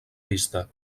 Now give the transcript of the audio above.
pista